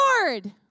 Lord